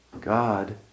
god